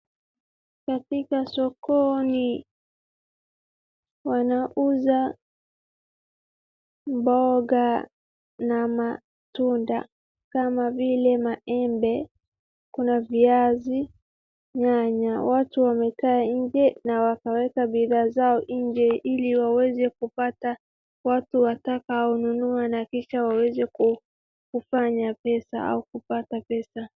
Katika sokoni, wanauza mboga na matunda kama vile maembe, kuna viazi, nyanya, watu wamekaa nje na wakaweka bidhaa zao nje ili waweze kupata watu watakao nunua ina kisha waweze kufanya pesa au kupata pesa.